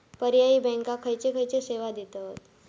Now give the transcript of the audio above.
पर्यायी बँका खयचे खयचे सेवा देतत?